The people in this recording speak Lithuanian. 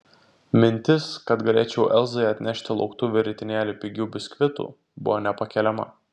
mintis kad galėčiau elzai atnešti lauktuvių ritinėlį pigių biskvitų buvo nepakeliama